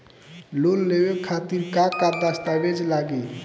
Loan लेवे खातिर का का दस्तावेज लागी?